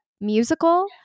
musical